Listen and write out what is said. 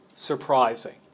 Surprising